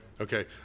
Okay